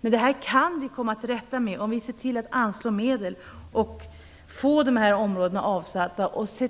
Men detta kan vi komma till rätta med om vi ser till att medel anslås och att de här områdena avsätts på nämnda sätt.